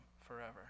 forever